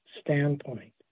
standpoint